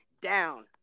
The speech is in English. down